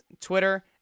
Twitter